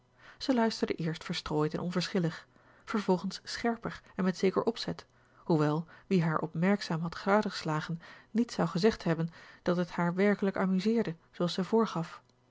zij luisterde eerst verstrooid en onverschillig vervolgens scherper en met zeker opzet hoewel wie haar opmerkzaam had gadegeslagen niet zou gezegd hebben dat het haar werkelijk amuseerde zooals zij voorgaf